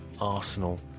Arsenal